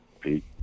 Pete